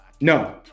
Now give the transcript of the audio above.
No